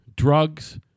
drugs